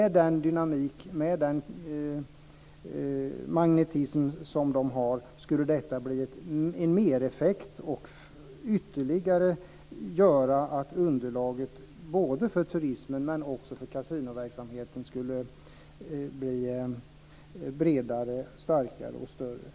Den dynamik och den magnetism som kasinon har skulle ge en mereffekt så att underlaget både för turismen och kasinoverksamheten skulle bli bredare, starkare och större.